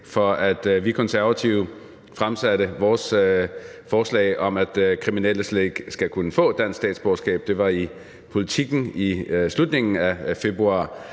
for, at vi Konservative fremsatte vores forslag om, at kriminelle slet ikke skal kunne få dansk statsborgerskab. Det var i Politiken i slutningen af februar